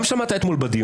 וגם שמעת זאת אתמול בדיון,